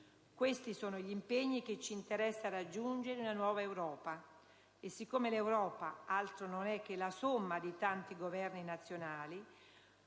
Questi sono gli impegni che ci interessa raggiungere in una nuova Europa, e siccome l'Europa altro non è che la somma di tanti Governi nazionali,